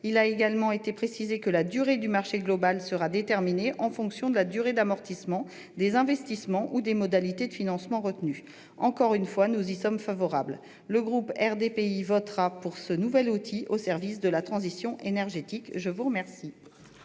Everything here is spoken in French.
Il a également été précisé que la durée du marché global sera déterminée « en fonction de la durée d'amortissement des investissements ou des modalités de financement retenues »; encore une fois, nous y sommes favorables. Le groupe RDPI votera pour ce nouvel outil mis au service de la transition énergétique. La parole